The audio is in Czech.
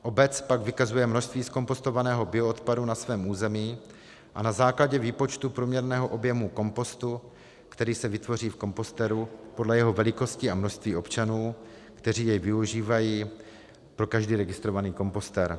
Obec pak vykazuje množství zkompostovaného bioodpadu na svém území na základě výpočtu průměrného objemu kompostu, který se vytvoří v kompostéru podle jeho velikosti a množství občanů, kteří jej využívají, pro každý registrovaný kompostér.